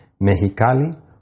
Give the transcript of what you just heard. Mexicali